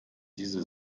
diese